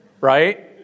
right